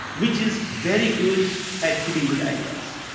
which is very good at killing good ideas.